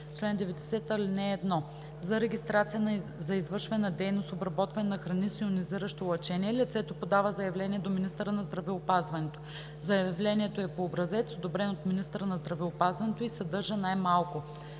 чл. 90: „Чл. 90. (1) За регистрация за извършване на дейност „обработване на храни с йонизиращо лъчение“ лицето подава заявление до министъра на здравеопазването. Заявлението е по образец, одобрен от министъра на здравеопазването и съдържа най-малко: